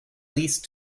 least